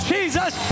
Jesus